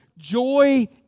Joy